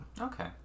Okay